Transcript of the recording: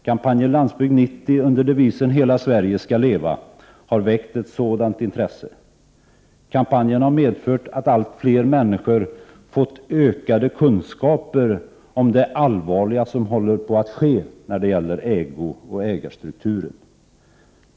Kampanjen ”Landsbygd 90” under devisen ”Hela Sverige skall leva” har väckt ett sådant intresse. Kampanjen har medfört att allt fler människor fått ökade kunskaper om det allvarliga som håller på att ske när det gäller ägooch ägarstrukturen.